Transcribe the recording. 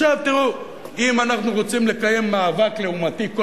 אם אנחנו רוצים לקיים מאבק לעומתי כל